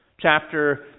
Chapter